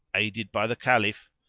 aided by the caliph,